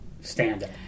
stand-up